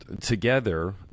together